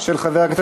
(תיקוני חקיקה),